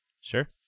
sure